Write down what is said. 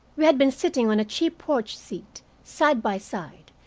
we had been sitting on a cheap porch seat, side by side,